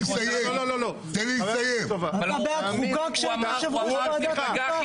אתה בעד חוקה כשהיית יושב-ראש ועדת חוקה?